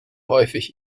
häufig